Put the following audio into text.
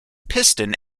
piston